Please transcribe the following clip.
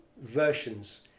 versions